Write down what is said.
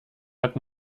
hat